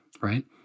right